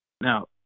Now